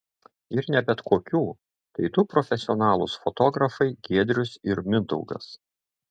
ir ne bet kokių tai du profesionalūs fotografai giedrius ir mindaugas